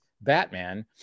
Batman